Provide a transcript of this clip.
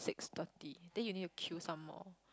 six thirty then you need to queue some more